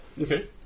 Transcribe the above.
Okay